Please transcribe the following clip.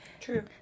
True